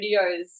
videos